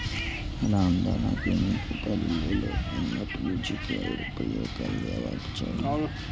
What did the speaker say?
रामदाना के नीक उपज लेल उन्नत बीज केर प्रयोग कैल जेबाक चाही